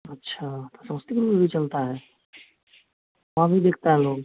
अच्छा तो समस्तीपुर में भी चलता है वहाँ भी देखता है लोग